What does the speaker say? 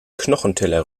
knochenteller